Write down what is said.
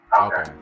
Okay